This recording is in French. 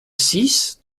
six